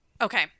Okay